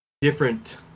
different